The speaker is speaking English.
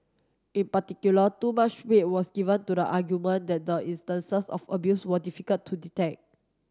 in particular too much weight was given to the argument that the instances of abuse were difficult to detect